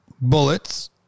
bullets